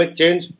change